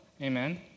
amen